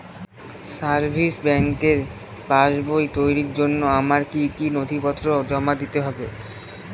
Savings ব্যাংকের পাসবই তৈরির জন্য আমার কি কি নথিপত্র জমা দিতে হবে?